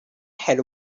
had